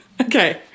Okay